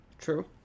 True